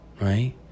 right